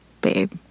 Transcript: babe